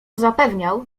zapewniał